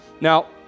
Now